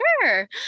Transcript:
sure